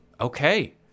Okay